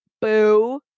boo